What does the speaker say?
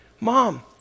Mom